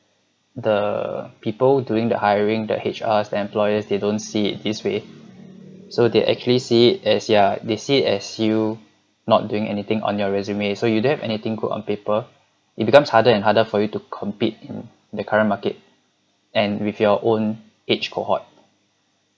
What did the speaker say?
the people during the hiring the H_R the employers they don't see it this way so they actually see it as yeah they see it as you not doing anything on your resume so you don't have anything good on paper it becomes harder and harder for you to compete in the current market and with your own age cohort